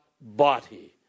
body